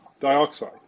dioxide